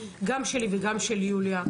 גם שלי וגם של יוליה,